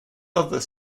other